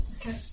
okay